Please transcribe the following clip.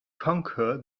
conquer